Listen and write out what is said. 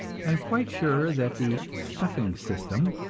i am quite sure that the stuffing system,